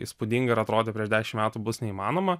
įspūdinga ir atrodė prieš dešim metų bus neįmanoma